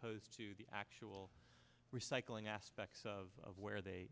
opposed to the actual recycling aspects of where they